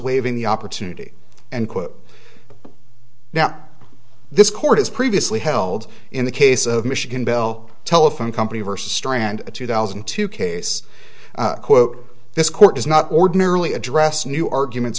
waiving the opportunity and quote now this court has previously held in the case of michigan bell telephone company versus strand a two thousand and two case quote this court does not ordinarily address new arguments